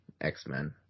x-men